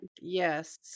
yes